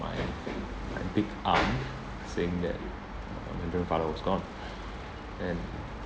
my my big aunt saying that uh my grandfather was gone and